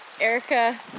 Erica